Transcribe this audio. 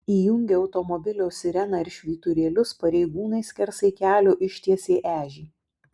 įjungę automobilio sireną ir švyturėlius pareigūnai skersai kelio ištiesė ežį